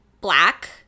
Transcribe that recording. Black